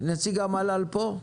נציג המל"ל פה?